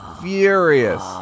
Furious